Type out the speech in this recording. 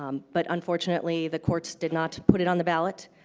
um but unfortunately the courts did not put it on the ballot.